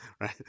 right